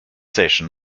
session